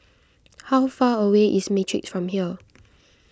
how far away is Matrix from here